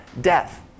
death